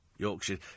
Yorkshire